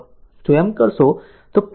આમ જો એમ કરો તો તે 0